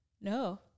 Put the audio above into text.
no